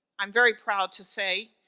i'm very proud to say,